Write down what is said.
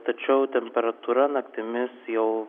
tačiau temperatūra naktimis jau